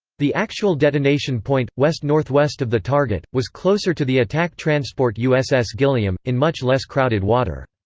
the actual detonation point, west-northwest of the target, was closer to the attack transport uss gilliam, in much less crowded water.